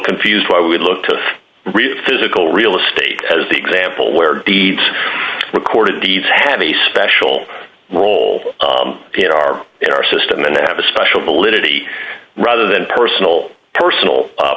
confused why we look to real physical real estate as the example where deeds recorded deeds have a special role in our in our system and have a special validity rather than personal personal